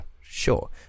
sure